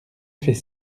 fait